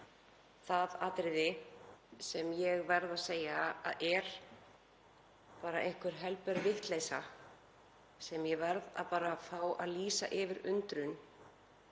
það atriði sem ég verð að segja að er bara einhver helber vitleysa sem ég verð að fá að lýsa yfir undrun